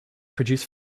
produce